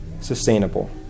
sustainable